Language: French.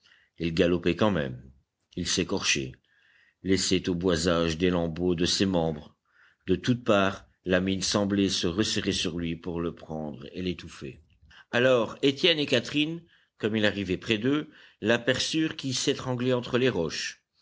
il galopait quand même il s'écorchait laissait aux boisages des lambeaux de ses membres de toutes parts la mine semblait se resserrer sur lui pour le prendre et l'étouffer alors étienne et catherine comme il arrivait près d'eux l'aperçurent qui s'étranglait entre les roches